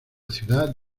ciudad